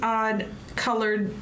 odd-colored